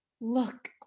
look